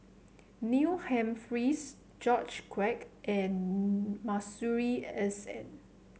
Neil Humphreys George Quek and Masuri S N